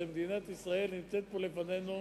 מדינת ישראל נמצאת פה לפנינו.